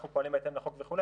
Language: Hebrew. אנחנו פועלים בהתאם לחוק וכו',